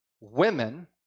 women